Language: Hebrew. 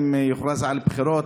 אם יוכרז על בחירות,